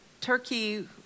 Turkey